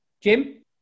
Jim